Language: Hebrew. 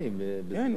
רגע, שנייה.